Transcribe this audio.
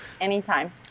Anytime